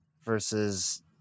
versus